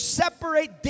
separate